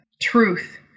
truth